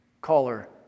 Caller